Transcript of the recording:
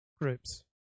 groups